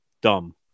dumb